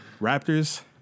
Raptors